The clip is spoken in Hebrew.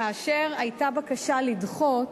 כאשר היתה בקשה לדחות,